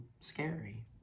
scary